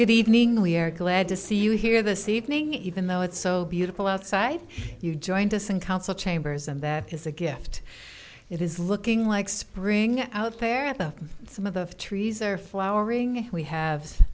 good evening we're glad to see you here this evening even though it's so beautiful outside you joined us in council chambers and that is a gift it is looking like spring out there at the some of the trees are flowering we have